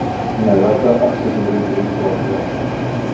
neverta apsidūrinti lygioj vietoj